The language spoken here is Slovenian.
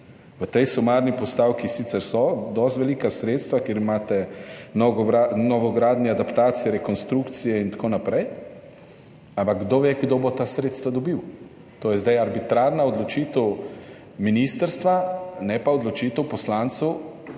V tej sumarni postavki sicer so dosti velika sredstva, kjer imate novogradnje, adaptacije, rekonstrukcije in tako naprej, ampak kdo ve, kdo bo ta sredstva dobil. To je zdaj arbitrarna odločitev ministrstva, ne pa odločitev poslancev,